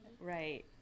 Right